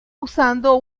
usando